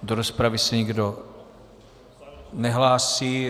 Do rozpravy se nikdo nehlásí.